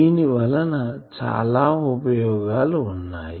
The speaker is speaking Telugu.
దీని వలన చాలా ఉపయోగాలు వున్నాయి